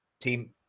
team